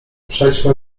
przejdźmy